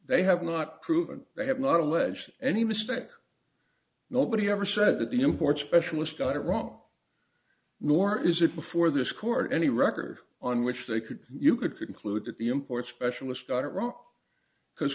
they have not proven they have not alleged any mistake nobody ever said that the import specialist got it wrong nor is it before this court any record on which they could you could conclude that the import specialist got it wrong because